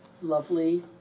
lovely